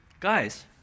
Guys